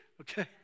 okay